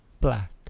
Black